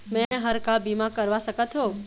मैं हर का बीमा करवा सकत हो?